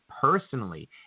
personally